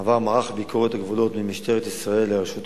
עבר מערך ביקורת הגבולות ממשטרת ישראל לרשות האוכלוסין,